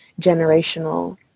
generational